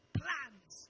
plans